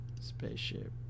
spaceship